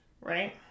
Right